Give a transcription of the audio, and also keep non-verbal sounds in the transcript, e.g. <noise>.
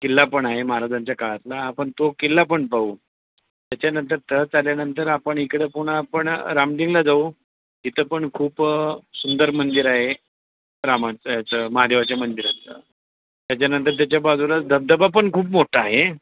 किल्ला पण आहे महाराजांच्या काळातला आपण तो किल्ला पण पाहू त्याच्यानंतर <unintelligible> आल्यानंतर आपण इकडं पुन्हा आपण रामलिंगला जाऊ तिथं पण खूप सुंदर मंदिर आहे रामाचं ह्याचं महादेवाच्या मंदिराचं त्याच्यानंतर त्याच्या बाजूलाच धबधबा पण खूप मोठा आहे